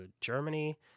Germany